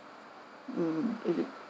mm